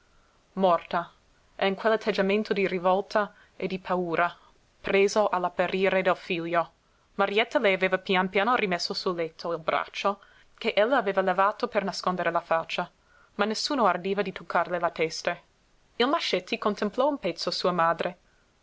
morta e in quell'atteggiamento di rivolta e di paura preso all'apparire del figlio marietta le aveva pian piano rimesso sul letto il braccio che ella aveva levato per nascondere la faccia ma nessuno ardiva di toccarle la testa il mascetti contemplò un pezzo sua madre